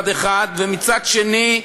ומצד שני,